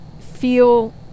feel